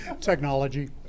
Technology